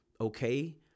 okay